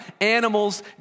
Animals